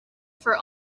for